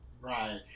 right